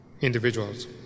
individuals